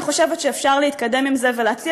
אני חושבת שאפשר להתקדם עם זה ולהציע